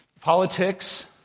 politics